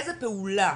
איזו פעולה